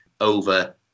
over